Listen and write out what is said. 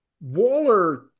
Waller